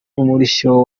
umurishyo